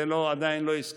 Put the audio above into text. את זה עדיין לא הזכרתי,